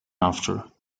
after